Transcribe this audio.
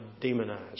demonized